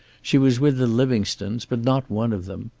she was with the livingstones, but not one of them.